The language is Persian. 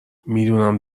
میدونم